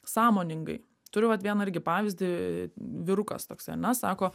sąmoningai turiu vat vieną irgi pavyzdį iii vyrukas toks ane sako